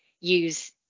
use